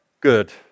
good